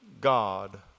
God